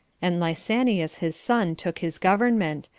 and lysanias his son took his government,